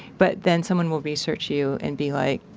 but then someone will research you and be like,